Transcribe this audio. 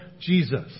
Jesus